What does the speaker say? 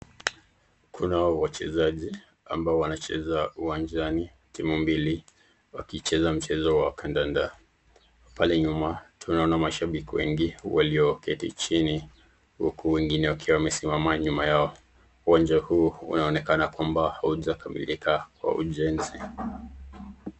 Kunao wachezaji ambao wanacheza uwanjani timu mbili wakicheza mchezo wa kandanda pale nyuma tunaona mashabiki wengi walioketi chini huku wengine wakiwa wamesimama nyuma yao. Uwanja huu unaonekana kwamba haujakamilika kwa ujenzi.